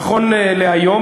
נכון להיום,